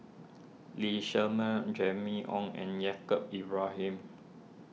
Lee Shermay Jimmy Ong and Yaacob Ibrahim